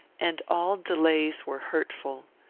and all delays, were hurtful.